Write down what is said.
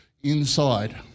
inside